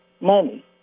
money